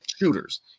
shooters